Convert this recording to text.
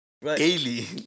Daily